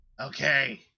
Okay